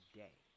day